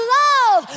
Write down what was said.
love